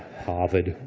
harvard,